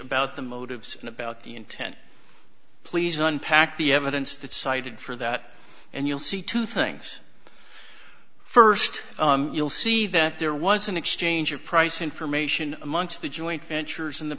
about the motives and about the intent please unpack the evidence that cited for that and you'll see two things first you'll see that there was an exchange of price information amongst the joint ventures in the